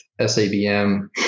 SABM